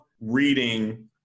reading